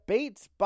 Bates